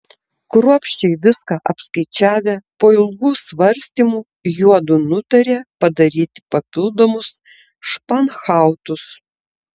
kruopščiai viską apskaičiavę po ilgų svarstymų juodu nutarė padaryti papildomus španhautus